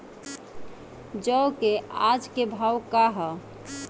जौ क आज के भाव का ह?